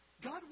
God